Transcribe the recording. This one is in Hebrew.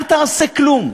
אל תעשה כלום.